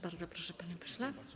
Bardzo proszę, panie pośle.